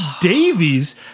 Davies